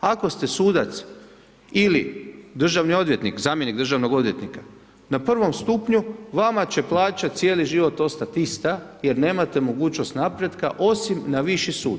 Ako ste sudac ili državni odvjetnik, zamjenik državnog odvjetnika na prvom stupnju, vama će plaća cijeli život ostat ista jer nemate mogućnost napretka, osim na viši sud.